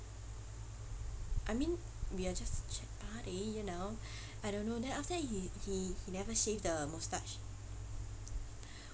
I mean we are just chat buddy you know I don't know then after that he he he never shave the moustache